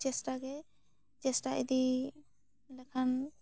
ᱪᱮᱥᱴᱟ ᱜᱮ ᱪᱮᱥᱴᱟ ᱤᱫᱤ ᱞᱮᱠᱷᱟᱱ